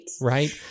Right